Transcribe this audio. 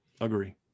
Agree